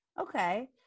okay